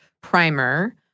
primer